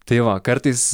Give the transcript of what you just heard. tai va kartais